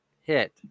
hit